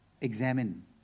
Examine